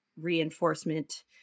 reinforcement